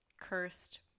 cursed